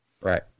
Right